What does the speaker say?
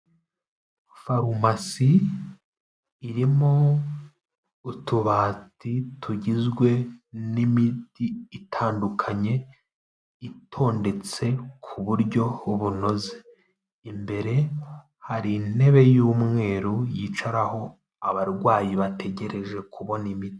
Farumasi irimo utubati tugizwe n'imiti itandukanye itondetse ku buryo bunoze, imbere hari intebe y'umweru yicaraho abarwayi bategereje kubona imiti.